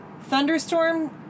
Thunderstorm